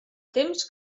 temps